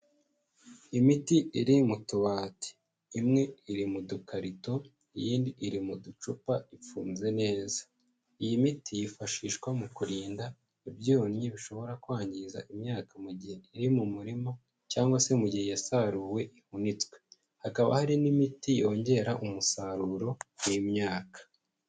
Imiti iri mu tubati, imwe iri mu dukarito iyindi iri mu ducupa ifunze neza, iyi miti yifashishwa mu kurinda ibyonyi bishobora kwangiza imyaka mu gihe iri mu murima cyangwa se mu gihe yasaruwe ihunitswe, hakaba hari n'imiti yongera umusaruro w'imyaka.